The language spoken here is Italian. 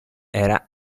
era